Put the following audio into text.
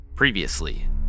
Previously